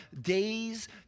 days